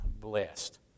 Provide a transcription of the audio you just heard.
blessed